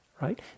right